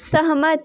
सहमत